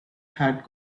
had